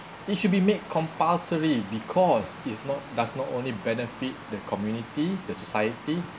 it should be made compulsory because it's not does not only benefit the community the society